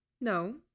No